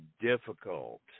difficult